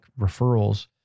referrals